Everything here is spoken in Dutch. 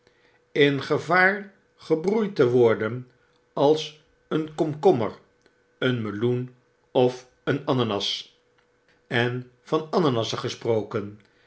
in gevaar gebroeid te worden als een komkommer een meloen of een ananas en van ananassen gesproken